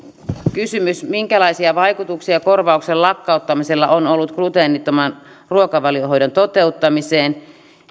siitä minkälaisia vaikutuksia korvauksen lakkauttamisella on ollut gluteenittoman ruokavaliohoidon toteuttamiseen